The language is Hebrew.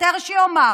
שוטר שיאמר